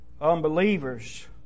unbelievers